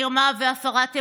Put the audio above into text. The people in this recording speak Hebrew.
מרמה והפרת אמונים.